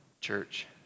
Church